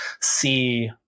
see